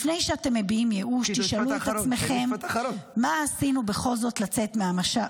לפני שאתם מביעים ייאוש תשאלו את עצמכם מה עשינו בכל זאת כדי